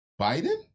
biden